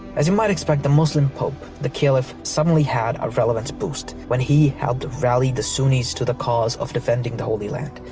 as you might expect the muslim pope, the caliph suddenly had a relevance boost when he helped rally the sunnis to the cause of defending the holy land,